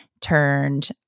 turned